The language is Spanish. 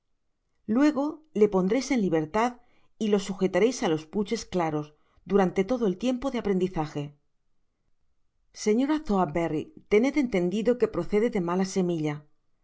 luego le pondreis en libertad y lo sujetareis á los puches claros durante todo el tiempo de aprendizage señora sowerberry tened entendido que procede de mala semilla